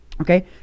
Okay